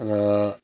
र